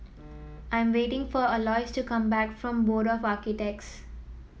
I'm waiting for Aloys to come back from Board of Architects